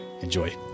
Enjoy